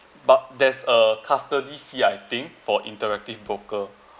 but there's a custody fee I think for interactive broker